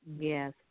Yes